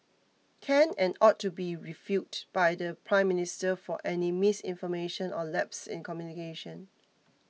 can and ought to be refuted by the Prime Minister for any misinformation or lapses in communication